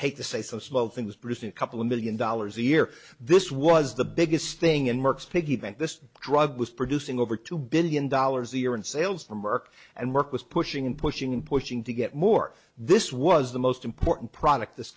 hate to say some small things producing a couple of million dollars a year this was the biggest thing in mark's piggy bank this drug was producing over two billion dollars a year in sales for merck and work was pushing and pushing and pushing to get more this was the most important product this